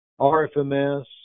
RFMS